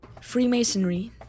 Freemasonry